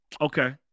Okay